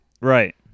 Right